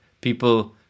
people